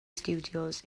studios